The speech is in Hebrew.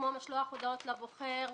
כמו לשלוח הודעות לבוחר,